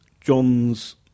John's